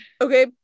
Okay